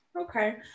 okay